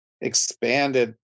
expanded